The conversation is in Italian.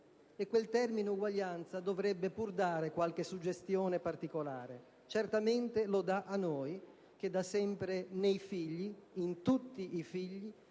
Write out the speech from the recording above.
e quel termine uguaglianza dovrebbe pur dare qualche suggestione particolare. Certamente la dà a noi che da sempre, nei figli, in tutti i figli,